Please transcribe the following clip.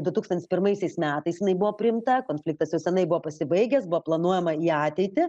du tūkstantis pirmaisiais metais jinai buvo priimta konfliktas jau senai buvo pasibaigęs buvo planuojama į ateitį